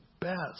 best